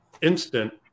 instant